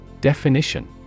Definition